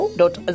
dot